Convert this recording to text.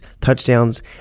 touchdowns